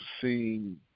seen